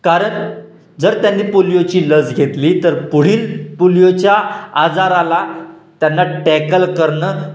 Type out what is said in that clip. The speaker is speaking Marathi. कारण जर त्यांनी पोलिओची लस घेतली तर पुढील पोलिओच्या आजाराला त्यांना टॅकल करणं